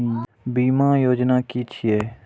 बीमा योजना कि छिऐ?